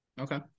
Okay